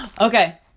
Okay